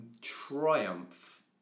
triumph